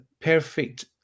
perfect